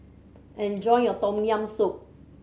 enjoy your Tom Yam Soup